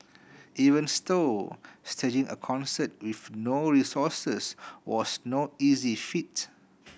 even stove staging a concert with no resources was no easy feat